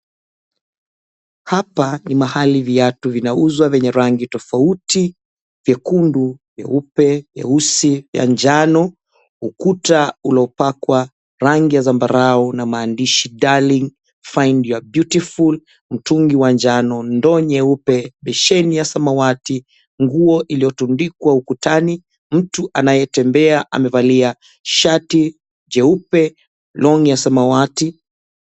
Hapa ni mahali viatu vinauzwa vyenye rangi tofauti, vyekundu, vyeupe, vyeusi, ya njano. Ukuta uliopakwa rangi ya zambarau na maandishi, "Darling, Find your Beautiful". Mtungi wa njano, ndoo nyeupe, beseni ya samawati ,nguo iliyotundikwa ukutani. Mtu anayetembea amevalia shati jeupe, longi ya samawati.